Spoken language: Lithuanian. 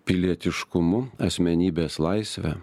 pilietiškumu asmenybės laisve